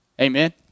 amen